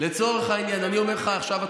לצורך העניין, אני אומר לך עכשיו.